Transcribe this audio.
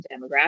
demographic